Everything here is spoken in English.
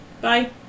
bye